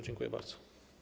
Dziękuję bardzo.